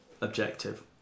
objective